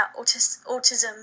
autism